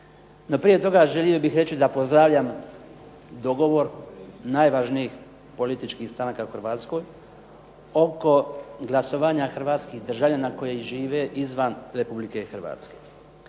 prije toga želio bih reći da pozdravljam dogovor najvažnijih političkih stranaka u Hrvatskoj oko glasovanja hrvatskih državljana koji žive izvan Republike Hrvatske.